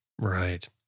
Right